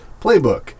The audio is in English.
playbook